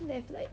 left like